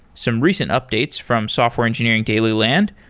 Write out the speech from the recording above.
some recent updates from software engineering daily land,